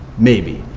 maybe.